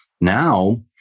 now